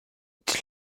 die